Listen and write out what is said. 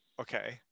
Okay